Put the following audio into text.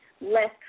less